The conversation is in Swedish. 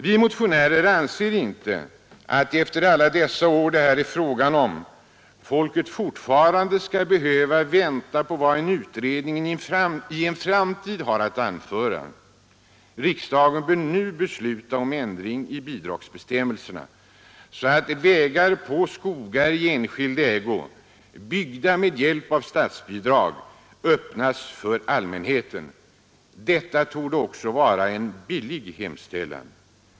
Vi motionärer anser inte att folket efter alla dessa år fortfarande skall behöva vänta på vad en utredning har att anföra. Riksdagen bör nu besluta om ändring i bidragsbestämmelserna, så att vägar på skogar i enskild ägo byggda med hjälp av statsbidrag öppnas för allmänheten. Detta torde också vara en billig hemställan.